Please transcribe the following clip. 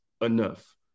enough